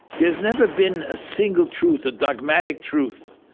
there's never been a single truth, a dogmatic truth,